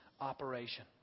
operation